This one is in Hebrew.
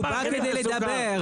הוא בא כדי לדבר.